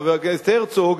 חבר הכנסת הרצוג,